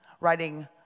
writing